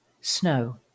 snow